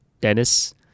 Dennis